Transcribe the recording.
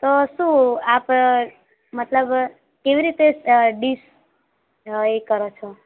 તો શું આપ મતલબ કેવી રીતે ડીશ એ કરો છો